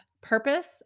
Purpose